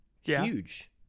huge